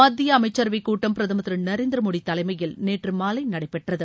மத்திய அமைச்சரவை கூட்டம் பிரதமர் திரு நரேந்திர மோடி தலைமையில் நேற்று மாலை நடைபெற்றது